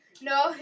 No